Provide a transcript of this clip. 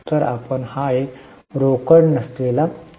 तर आपण हा एक रोकड नसलेला खर्च आहे